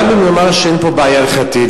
גם אם נאמר שאין פה בעיה הלכתית,